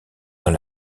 dans